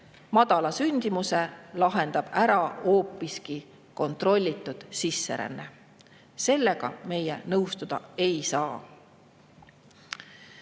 madala sündimuse lahendab ära hoopiski kontrollitud sisseränne. Sellega meie nõustuda ei